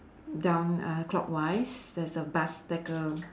down uh clockwise there's a bus like a